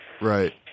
Right